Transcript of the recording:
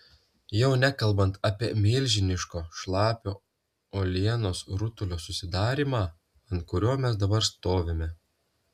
jau nekalbant apie milžiniško šlapio uolienos rutulio susidarymą ant kurio mes dabar stovime